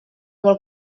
vol